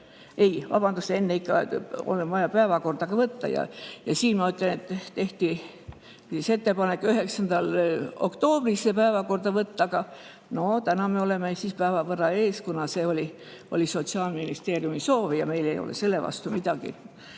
Ei, vabandust, enne ikka on vaja päevakorda ka võtta. Siin ma ütlen, et tehti ettepanek see 9. oktoobril päevakorda võtta. Täna me oleme päeva võrra ees, kuna see oli Sotsiaalministeeriumi soov, ja meil ei ole selle vastu midagi.